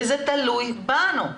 וזה תלוי בנו.